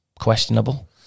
questionable